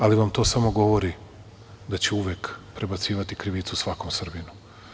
Ali, to vam samo govori da će uvek prebacivati krivicu svakom Srbinu.